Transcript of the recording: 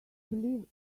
believe